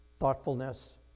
thoughtfulness